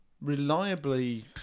reliably